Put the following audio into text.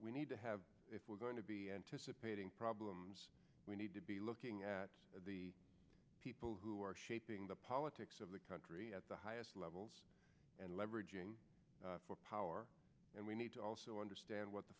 we need to have if we're going to be anticipating problems we need to be looking at the people who are shaping the politics of the country at the highest levels and leveraging for power and we need to also understand what the